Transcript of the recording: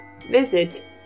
Visit